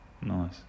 Nice